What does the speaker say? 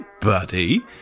buddy